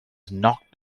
knocked